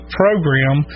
program